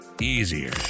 Easier